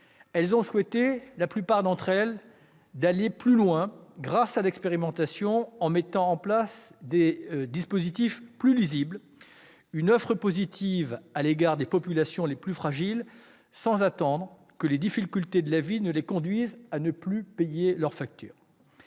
de créances. La plupart ont souhaité aller plus loin grâce à l'expérimentation, en mettant en place des dispositifs plus lisibles et une offre positive à l'égard des populations les plus fragiles, sans attendre que les difficultés de la vie ne conduisent ces populations à ne plus payer leurs factures.